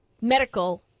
medical